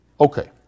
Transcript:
Okay